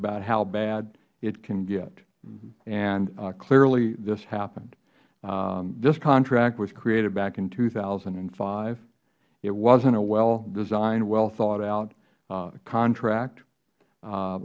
about how bad it can get and clearly this happened this contract was created back in two thousand and five it wasnt a well designed well thought out contract